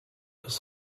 his